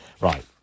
right